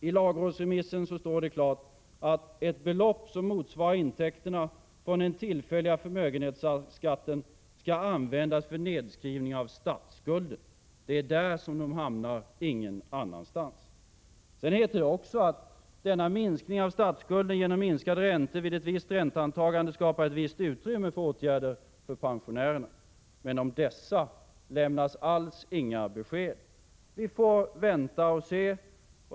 I lagrådsremissen står det klart att ”ett belopp som motsvarar intäkterna från den tillfälliga förmögenhetsskatten skall användas för nedskrivning av statsskulden”. Det är där de hamnar — ingen annanstans. Sedan heter det också att denna minskning av statsskulden genom minskade räntor vid ett visst ränteantagande skapar ett visst utrymme för åtgärder för pensionärerna. Men om dessa lämnas alls inga besked. Vi får vänta och se.